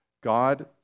God